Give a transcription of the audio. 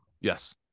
Yes